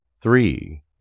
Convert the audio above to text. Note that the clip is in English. Three